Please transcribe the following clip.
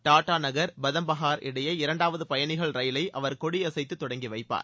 டாடா நகர் பதம்பஹார் இடையே இரண்டாவது பயணிகள் ரயிலை அவர் கொடியசைத்து தொடங்கி வைப்பார்